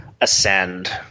ascend